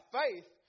faith